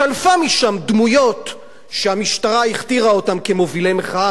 שלפה משם דמויות שהמשטרה הכתירה אותן כמובילי מחאה,